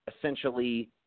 essentially